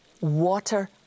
water